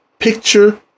picture